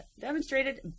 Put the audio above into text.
demonstrated